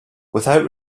without